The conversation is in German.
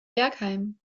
bergheim